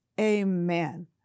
Amen